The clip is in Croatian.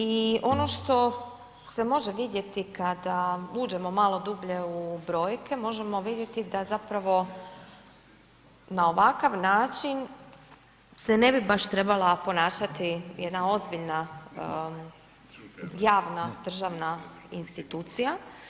I ono što se može vidjeti kada uđemo malo dublje u brojke, možemo vidjeti da zapravo na ovakav način se ne bi baš trebala ponašati jedna ozbiljna javna državna institucija.